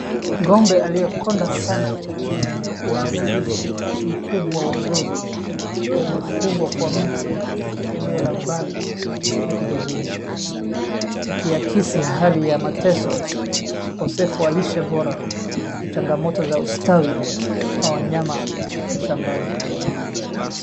Ng'ombe aliyekonda sana na mwenye uharibifu mkubwa wa ngozi amefungwa kwa mti katika eneo la mbali la kijijini. Akiakisi hali ya mateso, ukosefu wa lishe bora na changamoto za ustawi wa wanyama shambani.